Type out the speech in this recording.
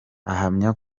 ahamya